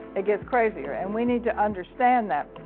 it gets crazier, and we need to understand that.